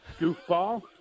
Goofball